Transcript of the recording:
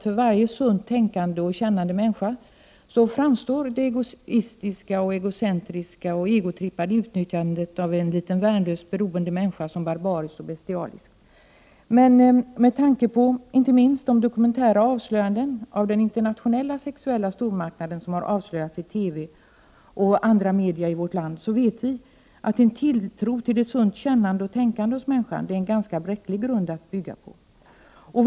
För varje sunt tänkande och | kännande människa framstår det egoistiska, egocentriska och egotrippade | utnyttjandet av en liten värnlös beroende människa som barbariskt och 111 bestialiskt. Inte minst med tanke på de dokumentära avslöjanden av den internationella sexuella stormarknaden som gjorts i TV och andra medier i vårt land vet vi att tilltron till den sunt kännande och tänkande människan är en ganska bräcklig grund att bygga på.